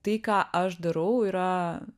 tai ką aš darau yra